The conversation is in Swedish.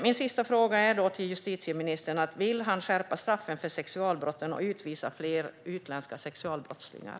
Min sista fråga till justitieministern är: Vill han skärpa straffen för sexualbrotten och utvisa fler utländska sexualbrottslingar?